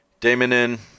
Daemonin